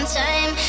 time